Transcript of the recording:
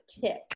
tip